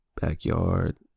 Backyard